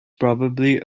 probably